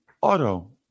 Auto